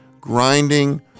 grinding